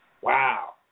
Wow